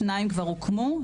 שניים כבר הוקמו,